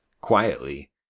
quietly